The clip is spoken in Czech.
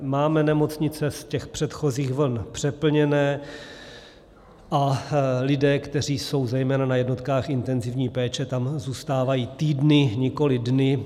Máme nemocnice z těch předchozích vln přeplněné a lidé, kteří jsou zejména na jednotkách intenzivní péče, tam zůstávají týdny, nikoliv dny.